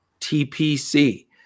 TPC